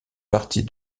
partie